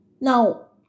Now